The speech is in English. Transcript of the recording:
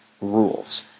rules